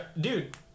dude